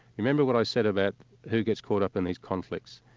remember what i said about who gets caught up in these conflicts?